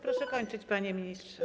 Proszę kończyć, panie ministrze.